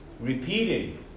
repeating